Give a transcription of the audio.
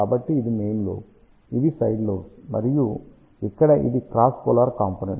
కాబట్టి ఇది main lobe ఇవి సైడ్ లోబ్స్ మరియు ఇక్కడ ఇది క్రాస్ పోలార్ కాంపోనెంట్